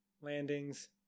landings